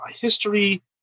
history